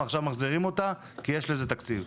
ועכשיו מחזירים אותה כי יש לזה תקציב.